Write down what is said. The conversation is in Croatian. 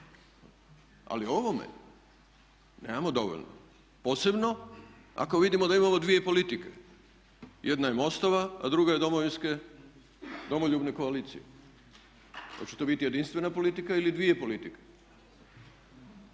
ali o ovome nemamo dovoljno. Posebno ako vidimo da imamo 2 politike, jedna je MOST-ova, a druga je Domoljubne koalicije. Hoće to biti jedinstvena politika ili dvije politike?